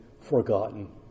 forgotten